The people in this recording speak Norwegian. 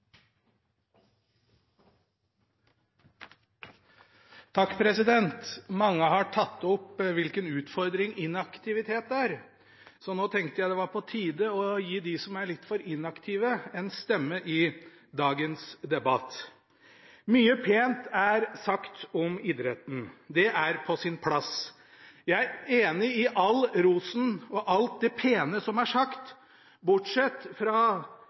Mange har tatt opp hvilken utfordring inaktivitet er, så nå tenkte jeg det var på tide å gi dem som er litt for inaktive, en stemme i dagens debatt. Mye pent er sagt om idretten. Det er på sin plass. Jeg er enig i all rosen og alt det pene som er sagt, bortsett